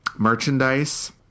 Merchandise